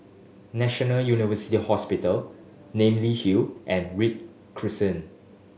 National University Hospital Namly Hill and Read Crescent